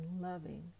loving